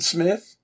Smith